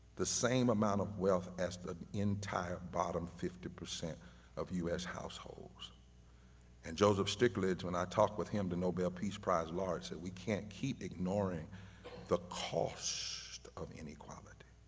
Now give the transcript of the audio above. the same amount of wealth as the entire bottom fifty percent of us households and joseph stiglitz when i talk with him, the nobel peace prize laureate said we can't keep ignoring the cost of inequality